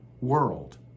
world